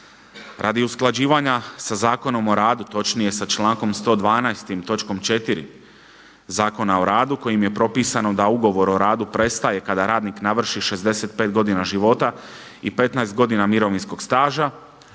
radi usklađivanja sa zakonom o radu, točnije sa člankom 112. točkom 4. Zakona o radu kojim je propisano da ugovor o radu prestaje kada radnik navrši 65 godina života i 15 godina mirovinskog staža,